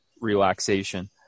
relaxation